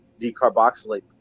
decarboxylate